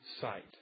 sight